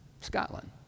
Scotland